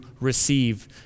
receive